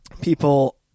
people